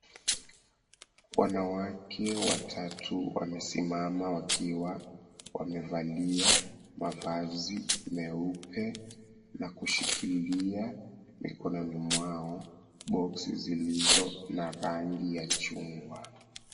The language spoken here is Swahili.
Wanawake watatu, wamesimama wakiwa wamevalia mavazi meupe, na kushikilia mikononi mwao boksi zilizo na rangi ya chungwa.